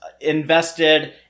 invested